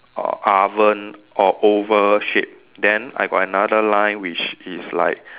a oven or oval shape then I got another line which is like